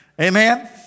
Amen